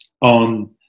on